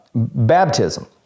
baptism